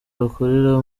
bakorera